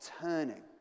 turning